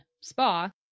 spa